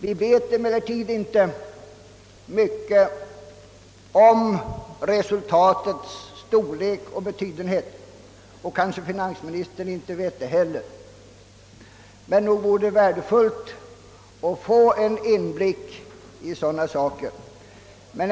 Vi känner emellertid inte till tillräckligt mycket om resultatets storlek och betydenhet — och kanske gör finansministern det inte heller — men det vore värdefullt att få en bättre inblick i dessa förhållanden.